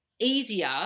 easier